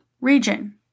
region